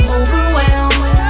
overwhelmed